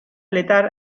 fletar